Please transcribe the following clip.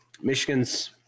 Michigan's